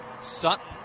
Sutton